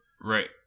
right